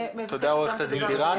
תודה רבה עו"ד ענת בירן.